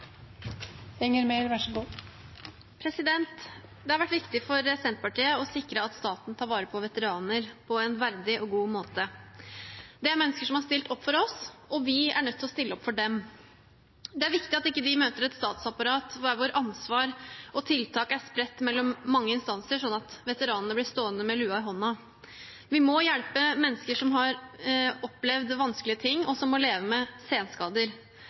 Det har vært viktig for Senterpartiet å sikre at staten tar vare på veteraner på en verdig og god måte. Det er mennesker som har stilt opp for oss, og vi er nødt til å stille opp for dem. Det er viktig at veteranene ikke møter et statsapparat der ansvar og tiltak er spredt på mange instanser, slik at de blir stående med lua i hånda. Vi må hjelpe mennesker som har opplevd vanskelige ting, og som må leve med senskader.